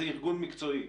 זה ארגון מקצועי,